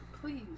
please